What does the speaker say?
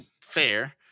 fair